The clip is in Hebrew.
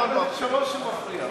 הוא מפריע.